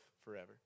forever